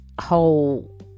whole